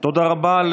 תודה רבה.